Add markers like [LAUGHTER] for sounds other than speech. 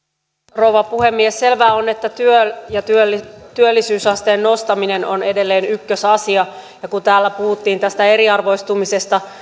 rouva puhemies selvää on että työ ja työllisyysasteen nostaminen on edelleen ykkösasia ja kun täällä puhuttiin tästä eriarvoistumisesta [UNINTELLIGIBLE]